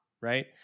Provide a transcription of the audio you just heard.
right